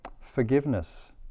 Forgiveness